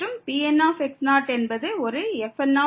மற்றும் Pn என்பது ஒரு fn